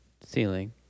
ceiling